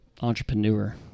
entrepreneur